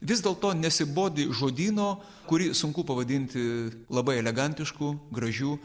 vis dėlto nesibodi žodyno kurį sunku pavadinti labai elegantišku gražiu